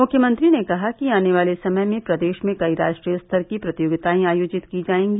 मुख्यमंत्री ने कहा कि आने वाले समय में प्रदेश में कई राष्ट्रीय स्तर की प्रतियोगितायें आयोजित की जायेंगी